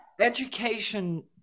education